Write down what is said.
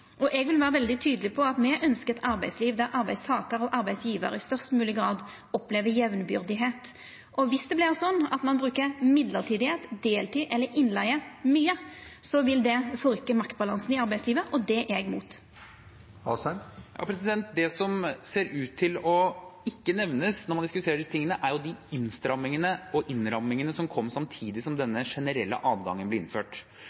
vil vera veldig tydeleg på at me ønskjer eit arbeidsliv der arbeidstakar og arbeidsgjevar i størst mogleg grad opplever at dei er jambyrdige, og dersom det vert slik at ein bruker mellombels tilsetjing, deltid eller innleige mykje, vil det forstyrra maktbalansen i arbeidslivet. Det er eg imot. Det som ser ut til å ikke nevnes når man diskuterer disse tingene, er de innstrammingene og innrammingene som kom samtidig som denne generelle adgangen ble innført,